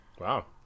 Wow